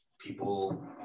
People